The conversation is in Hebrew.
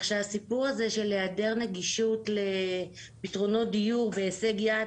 כך שהסיפור הזה של היעדר נגישות לפתרונות דיור בהישג יד